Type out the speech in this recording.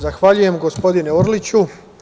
Zahvaljujem, gospodine Orliću.